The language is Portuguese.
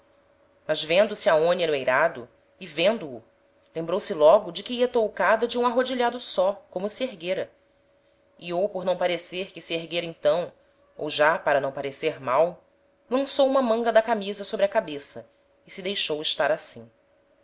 mas vendo-se aonia no eirado e vendo-o lembrou-se logo de que ia toucada de um arrodilhado só como se erguera e ou por não parecer que se erguera então ou já para não parecer mal lançou uma manga da camisa sobre a cabeça e se deixou estar assim